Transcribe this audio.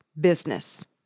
business